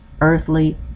earthly